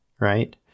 right